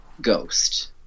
ghost